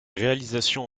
réalisations